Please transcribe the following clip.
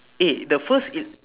eh the first is